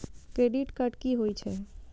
Credit card की होई छै?